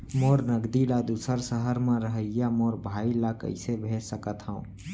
मोर नगदी ला दूसर सहर म रहइया मोर भाई ला कइसे भेज सकत हव?